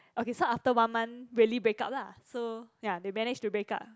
okay so after one month really break up lah so ya they managed to break up